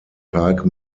park